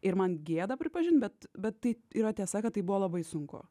ir man gėda pripažint bet bet tai yra tiesa kad tai buvo labai sunku